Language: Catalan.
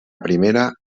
primera